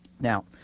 Now